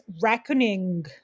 reckoning